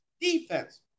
defense